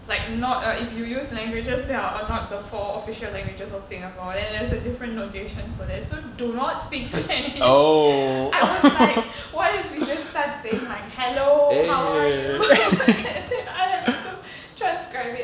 like not a if you use languages that are uh not the four official languages of singapore then there's a different notation for that so do not speak spanish I was like what if we just start saying like hello how are you then I have to transcribe it